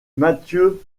matthieu